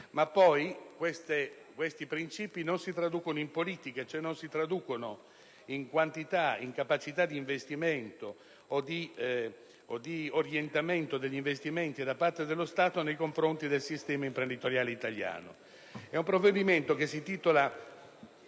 ma questi principi non si traducono in politiche, non si traducono cioè in quantità, in capacità di investimento o di orientamento degli investimenti da parte dello Stato nei confronti del sistema imprenditoriale italiano.